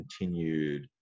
continued